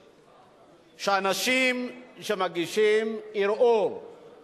(תיקון, ערעור על החלטות לבית-דין אזורי